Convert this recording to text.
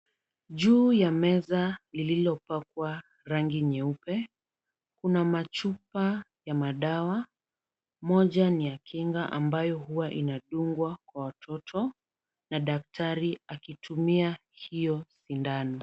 Juu ya meza lililopakwa rangi nyeupe, kuna machupa ya madawa. Moja ni ya kinga ambayo huwa inadungwa kwa watoto na daktari akitumia hiyo sindano.